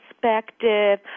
perspective